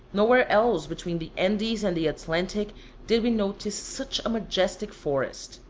nowhere else between the andes and the atlantic did we notice such a majestic forest.